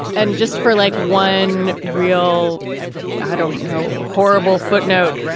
and just for like one real i don't know what horrible footnote.